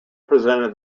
presented